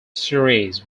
series